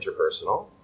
interpersonal